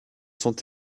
sont